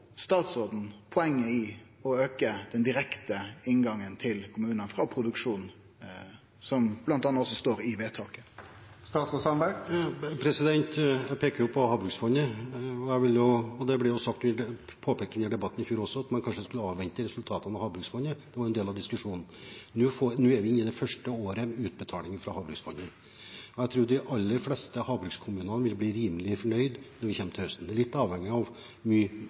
statsråden no poenget i å auke den direkte inngangen til kommunane frå produksjonen, slik det bl.a. står i forslaget til vedtak? Jeg peker jo på Havbruksfondet. Det ble påpekt under debatten i fjor også at man kanskje skulle avvente resultatene av Havbruksfondet. Det var en del av diskusjonen. Nå er vi inne i det første året med utbetaling fra Havbruksfondet. Jeg tror de aller fleste havbrukskommunene vil bli rimelig fornøyd når vi kommer til høsten. Det er litt avhengig av hvor mye